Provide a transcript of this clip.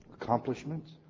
Accomplishments